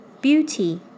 Beauty